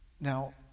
Now